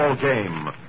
game